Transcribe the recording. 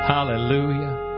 Hallelujah